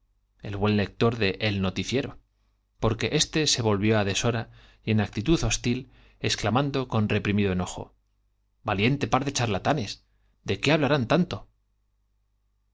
el buen lector de el noticiero porque éste se volvió á deshora en actitud y hostil exclamando con reprimido enojo valiente par de charlatanes de qué hablarán tanto